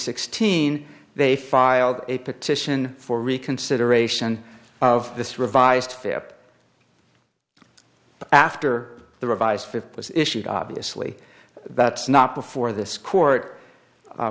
sixteen they filed a petition for reconsideration of this revised after the revised fifth was issued obviously that's not before this court